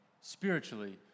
spiritually